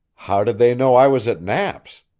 how did they know i was at knapp's?